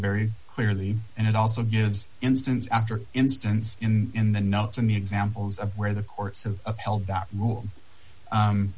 very clearly and it also gives instance after instance in the notes in the examples of where the courts have upheld that rule